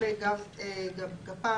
לגבי גפ"מ,